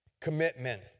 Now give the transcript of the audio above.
Commitment